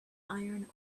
iron